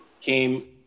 came